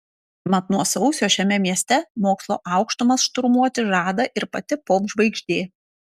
mat nuo sausio šiame mieste mokslo aukštumas šturmuoti žada ir pati popžvaigždė